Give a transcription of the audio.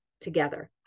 together